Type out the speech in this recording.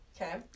Okay